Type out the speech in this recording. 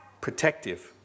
protective